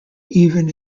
even